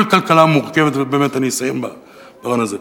כל כלכלה מורכבת ובאמת אני אסיים בדבר הזה,